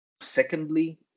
secondly